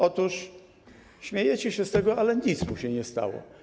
Otóż, śmiejecie się z tego, ale nic mu się nie stało.